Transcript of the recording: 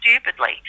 stupidly